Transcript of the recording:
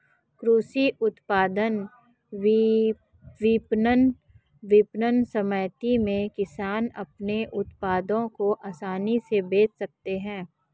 कृषि उत्पाद विपणन समितियों में किसान अपने उत्पादों को आसानी से बेच सकते हैं